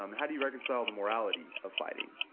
um how do you reconcile the morality of fighting?